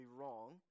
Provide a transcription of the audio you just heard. wrong